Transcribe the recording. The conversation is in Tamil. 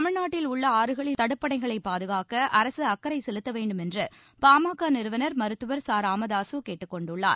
தமிழ்நாட்டின் ஆறுகளில் உள்ள தடுப்பணைகளைப் பாதுகாக்க அரசு அக்கறை செலுத்த வேண்டுமென்று பாமக நிறுவனர் மருத்துவர் ச ராமதாசு கேட்டுக்கொண்டுள்ளார்